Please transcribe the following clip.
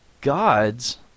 gods